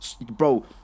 bro